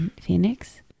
Phoenix